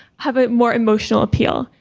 have a more emotional appeal,